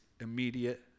immediate